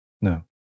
No